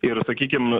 ir sakykim